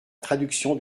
traduction